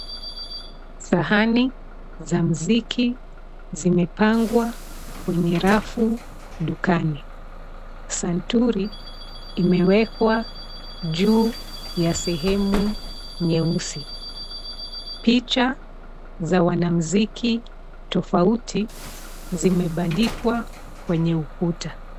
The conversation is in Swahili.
Sahani za muziki zimepangwa kwenye rafu dukani. Santuri imewekwa juu ya sehemu nyeusi. Picha za wanamuziki tofauti zimebandikwa kwenye ukuta.